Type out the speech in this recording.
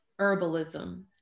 herbalism